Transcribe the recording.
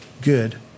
good